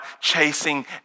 chasing